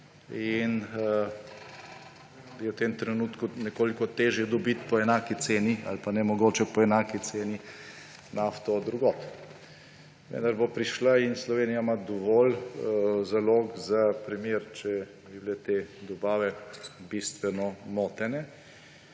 in je v tem trenutku nekoliko težje dobiti po enaki ceni ali pa nemogoče po enaki ceni nafto od drugod. Vendar bo prišla. Slovenija ima dovolj zalog za primer, če bi bile te dobave bistveno motene.